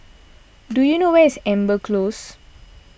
do you know where is Amber Close